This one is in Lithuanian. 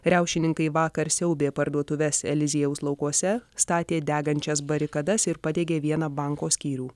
riaušininkai vakar siaubė parduotuves eliziejaus laukuose statė degančias barikadas ir padegė vieną banko skyrių